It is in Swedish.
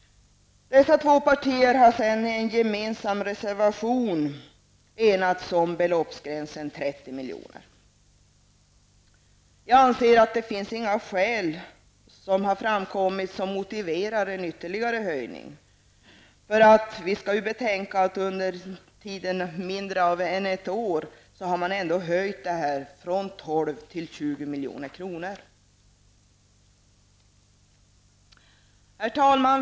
Dessa två partier har senare i en gemensam reservation enats om en beloppsgräns vid 30 milj.kr. Jag anser inte att det har framkommit några skäl som motiverar en ytterligare höjning. Vi måste betänka att det under en kortare tid än ett år har skett en höjning från 12 Herr talman!